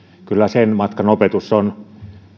kyllä sen matkan opetus on